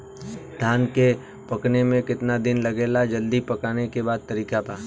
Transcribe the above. धान के पकने में केतना दिन लागेला जल्दी पकाने के तरीका बा?